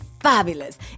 Fabulous